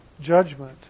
judgment